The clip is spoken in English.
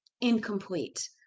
incomplete